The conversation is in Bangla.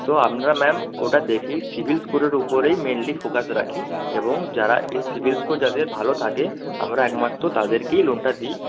তো আমরা ম্যাম ওটা দেখেই সিবিল স্কোরের উপরেই মেইনলি ফোকাস রাখি এবং যারা এই সিবিল স্কোর যাদের ভালো থাকে আমরা একমাত্র তাদেরকেই লোনটা দিই